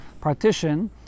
partition